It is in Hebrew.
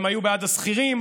היו בעד השכירים,